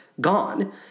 gone